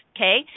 Okay